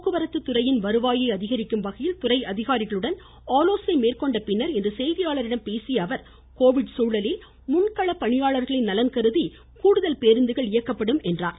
போக்குவரத்துத் துறையின் வருவாயை அதிகரிக்கும்வகையில் துறை அதிகாரிகளுடன் ஆலோசனை மேற்கொண்டபின் இன்று செய்தியாளர்களிடம் பேசியஅவர் கோவிட் சூழலில் முன்கள பணியாளர்களின் நலன்கருதி கூடுதல் பேருந்துகள் இயக்கப்படும் என்றார்